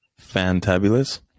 fantabulous